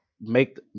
make